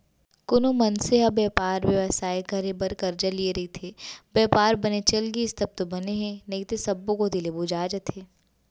कोनो मनसे ह बयपार बेवसाय करे बर करजा लिये रइथे, बयपार बने चलिस तब तो बने हे नइते सब्बो कोती ले बोजा जथे